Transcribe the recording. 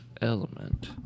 element